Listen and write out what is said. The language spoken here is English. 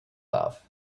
love